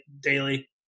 daily